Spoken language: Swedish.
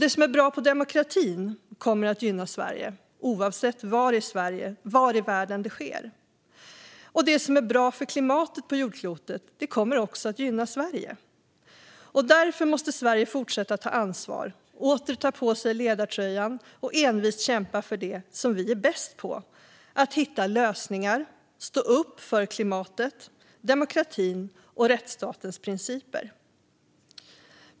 Det som är bra för demokratin kommer att gynna Sverige, oavsett var i världen det sker. Det som är bra för klimatet på jordklotet kommer också att gynna Sverige. Därför måste Sverige fortsätta ta ansvar, åter ta på sig ledartröjan och envist kämpa för det som vi är bäst på - att hitta lösningar och stå upp för klimatet, demokratin och rättsstatens principer.